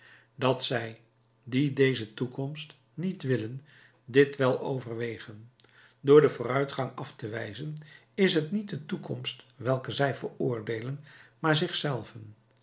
dat zij die deze toekomst niet willen dit wel overwegen door den vooruitgang af te wijzen is t niet de toekomst welke zij veroordeelen maar zich zelven